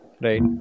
Right